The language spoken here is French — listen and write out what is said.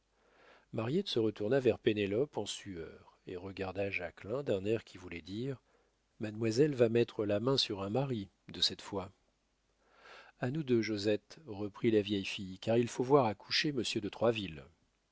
mariette se retourna vers pénélope en sueur et regarda jacquelin d'un air qui voulait dire mademoiselle va mettre la main sur un mari de cette fois a nous deux josette reprit la vieille fille car il faut voir à coucher monsieur de